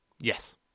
Yes